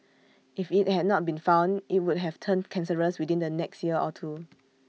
if IT had not been found IT would have turned cancerous within the next year or two